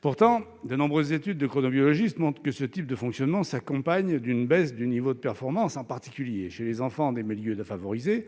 Pourtant, de nombreuses études de chronobiologistes montrent que ce type de fonctionnement s'accompagne d'une baisse du niveau de performance, en particulier chez les enfants des milieux défavorisés,